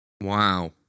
Wow